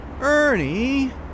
Ernie